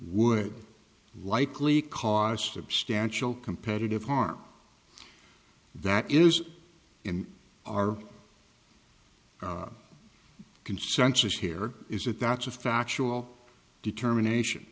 would likely cause substantial competitive harm that is in our consensus here is that that's a factual determination